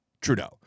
Trudeau